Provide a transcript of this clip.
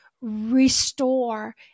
restore